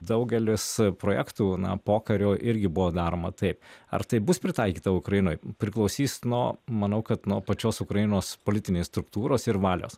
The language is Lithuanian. daugelis projektų na pokariu irgi buvo daroma taip ar tai bus pritaikyta ukrainoj priklausys nuo manau kad nuo pačios ukrainos politinės struktūros ir valios